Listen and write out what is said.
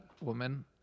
woman